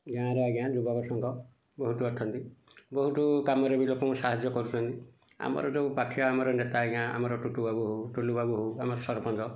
ଗାଁରେ ଆଜ୍ଞା ଯୁବକ ସଙ୍ଘ ବହୁତ ଅଛନ୍ତି ବହୁତ କାମରେ ବି ଲୋକଙ୍କୁ ସାହାଯ୍ୟ କରୁଛନ୍ତି ଆମର ଯେଉଁ ପାଖେ ଆମ ନେତା ଆଜ୍ଞା ଆମର ଟୁଟୁ ବାବୁ ହଉ ଟୁଲୁ ବାବୁ ହଉ ଆମର ସରପଞ୍ଚ